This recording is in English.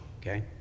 okay